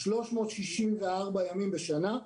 364 ימים בשנה,